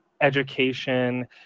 education